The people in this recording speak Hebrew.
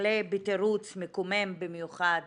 וכלה בתירוץ מקומם במיוחד